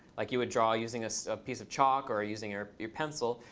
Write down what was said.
like you would draw using a piece of chalk or using your your pencil.